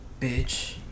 Bitch